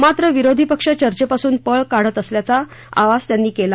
मात्र विरोधी पक्ष चर्चेपासून पळ काढत असल्याचा आवाक त्यांनी केला